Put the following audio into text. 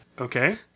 Okay